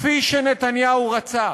כפי שנתניהו רצה".